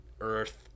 earth